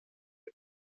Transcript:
mit